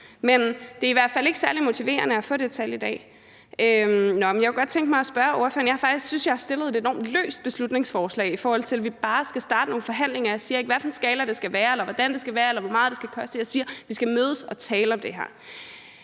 -3; det er i hvert fald ikke særlig motiverende at få det tal i dag. Nå, men jeg kunne godt tænke mig at spørge ordføreren om noget andet, for jeg synes faktisk, at jeg har fremsat et enormt løst beslutningsforslag, i forhold til at vi bare skal starte nogle forhandlinger. Jeg siger ikke, hvad for en skala det skal være, eller hvordan det skal være, eller hvor meget det skal koste. Jeg siger, at vi skal mødes og tale om det her.